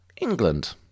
England